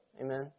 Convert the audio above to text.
Amen